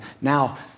Now